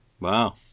Wow